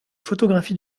photographie